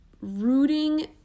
rooting